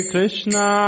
Krishna